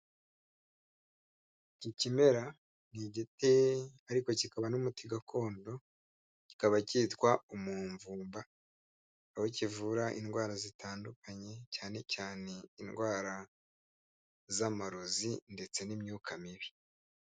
Iki kimera ni igiti ariko kikaba n'umuti gakondo, kikaba cyitwa umumvumba, aho kivura indwara zitandukanye cyane cyane indwara z'amarozi ndetse n'imyuka mibi.